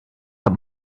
that